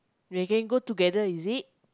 they can go together is it